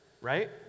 right